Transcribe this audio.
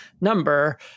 number